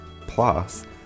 Plus